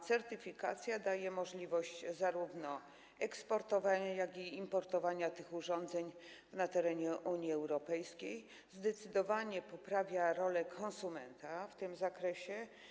Certyfikacja daje możliwość zarówno eksportowania, jak i importowania tych urządzeń na terenie Unii Europejskiej, zdecydowanie poprawia rolę konsumenta w tym zakresie.